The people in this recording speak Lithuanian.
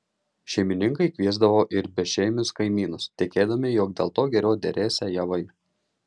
šeimininkai kviesdavo ir bešeimius kaimynus tikėdami jog dėl to geriau derėsią javai